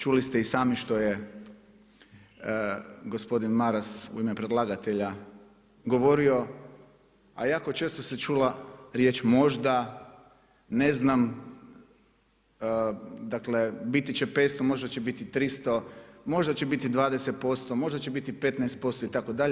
Čuli ste i sami što je gospodin Maras u ime predlagatelja govorio a jako često se čula riječ „možda“, „ne znam“, dakle biti će 500, možda će biti 300, možda će biti 20%, možda će biti 15% itd.